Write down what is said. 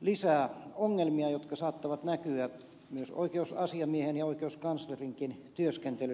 lisää ongelmia jotka saattavat näkyä myös oikeusasiamiehen ja oikeuskanslerinkin työskentelyssä